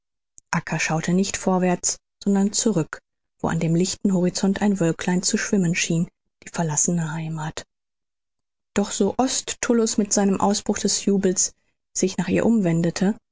schaute nicht vorwärts sondern zurück wo an dem lichten horizont ein wölklein zu schwimmen schien die verlassene heimath doch so oft tullus mit einem ausbruch des jubels sich nach ihr umwendete